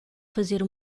fazer